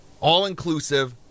All-inclusive